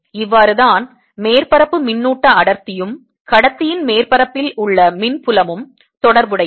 இவ்வாறுதான் மேற்பரப்பு மின்னூட்ட அடர்த்தியும் கடத்தியின் மேற்பரப்பில் உள்ள மின் புலமும் தொடர்புடையவை